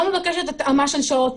לא מבקשת התאמה של שעות.